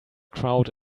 crowd